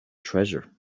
treasure